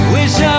Wish